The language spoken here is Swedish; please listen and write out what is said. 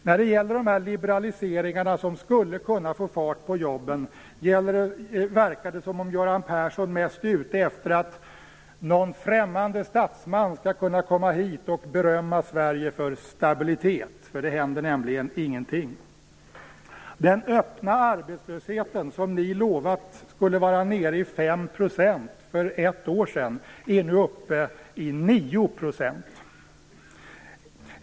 När det gäller liberaliseringar som skulle kunna få fart på jobben verkar det som om Göran Persson mest är ute efter att någon främmande statsman skall kunna komma hit och berömma Sverige för stabilitet. Det händer nämligen ingenting. Den öppna arbetslösheten, som ni lovade skulle vara nere i 5 % för ett år sedan, är nu uppe i 9 %.